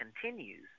continues